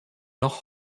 noch